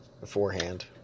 beforehand